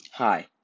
Hi